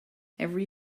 every